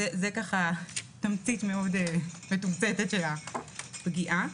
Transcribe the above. זו תמצית מתומצתת של הפגיעה.